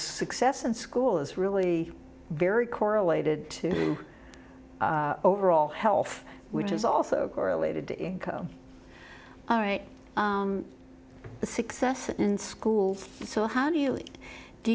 success in school is really very correlated to overall health which is also correlated to go all right success in schools so how do you do